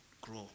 grow